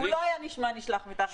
אבל לא נשמע שהוא נשלח מטעם העירייה.